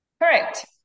Correct